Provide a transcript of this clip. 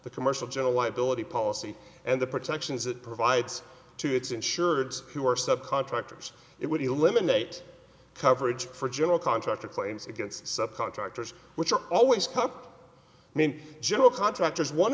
the commercial general liability policy and the protections it provides to its insureds who are subcontractors it would eliminate coverage for general contractor claims against subcontractors which are always cup i mean general contractors one